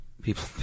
People